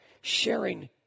Sharing